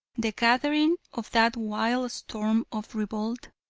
the gathering of that wild storm of revolt,